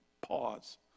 Pause